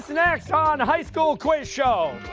next on high school quiz show.